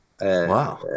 Wow